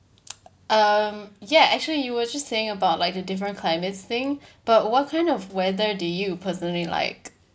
um ya actually you were just saying about like the different climates thing but what kind of weather do you personally like